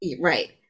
right